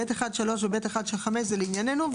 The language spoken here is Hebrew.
ו-(ב1)(5) זה לענייננו,